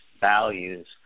values